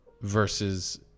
versus